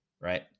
right